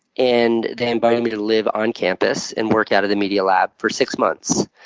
and they invited me to live on campus and work out of the media lab for six months.